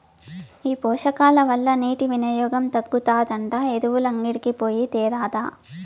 ఈ పోషకాల వల్ల నీటి వినియోగం తగ్గుతాదంట ఎరువులంగడికి పోయి తేరాదా